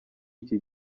iki